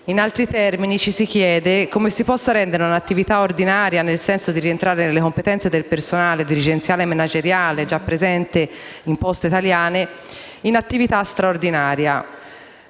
In altri termini, ci si chiede come si possa rendere un'attività ordinaria, nel senso di rientrare nelle competenze del personale dirigenziale e manageriale già presente nella società Poste italiane, in attività straordinaria.